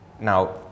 Now